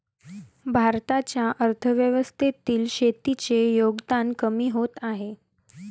भारताच्या अर्थव्यवस्थेतील शेतीचे योगदान कमी होत आहे